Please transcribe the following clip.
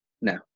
No